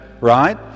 right